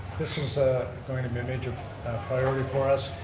this is ah going to be a major priority for us.